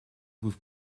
with